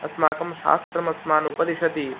अस्माकं शास्त्रम् अस्मान् उपदिशति